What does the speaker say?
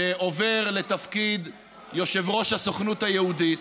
שעובר לתפקיד יושב-ראש הסוכנות היהודית.